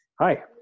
hi